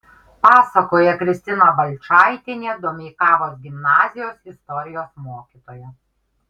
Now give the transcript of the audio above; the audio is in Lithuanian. pasakoja kristina balčaitienė domeikavos gimnazijos istorijos mokytoja